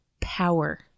power